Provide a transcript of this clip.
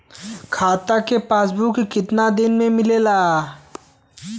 खाता के पासबुक कितना दिन में मिलेला?